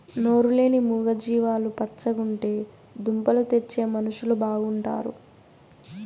నోరు లేని మూగ జీవాలు పచ్చగుంటే దుంపలు తెచ్చే మనుషులు బాగుంటారు